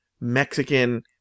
Mexican